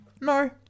No